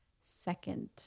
second